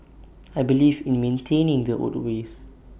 I believe in maintaining the old ways